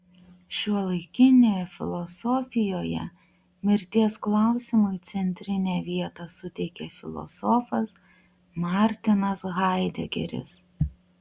šiuolaikinėje filosofijoje mirties klausimui centrinę vietą suteikė filosofas martinas haidegeris